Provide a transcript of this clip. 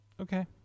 Okay